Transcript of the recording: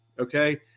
okay